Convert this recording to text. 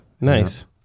Nice